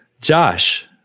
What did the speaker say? Josh